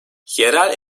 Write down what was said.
yerel